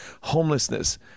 homelessness